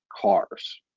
cars